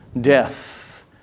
death